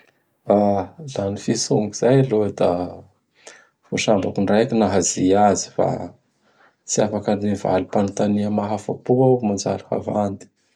La gny fitsongo izay alony da vô sambako ndraiky nahazy azy; fa tsy afaky hanome valim-panotania mahafa-po iaho manjary havandy.